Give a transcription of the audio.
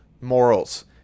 morals